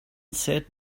said